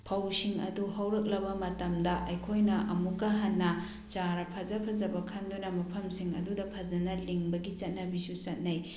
ꯐꯧꯁꯤꯡ ꯑꯗꯨ ꯍꯧꯔꯛꯂꯕ ꯃꯇꯝꯗ ꯑꯩꯈꯣꯏꯅ ꯑꯃꯨꯛꯀ ꯍꯟꯅ ꯆꯥꯔ ꯐꯖ ꯐꯖꯕ ꯈꯟꯗꯨꯅ ꯃꯐꯝꯁꯤꯡ ꯑꯗꯨꯗ ꯐꯖꯅ ꯂꯤꯡꯕꯒꯤ ꯆꯠꯅꯕꯤꯁꯨ ꯆꯠꯅꯩ